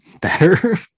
better